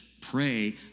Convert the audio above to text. pray